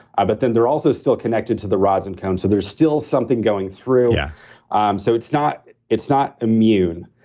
but then they're also still connected to the rods and cones. so, there's still something going through, yeah um so it's not it's not immune.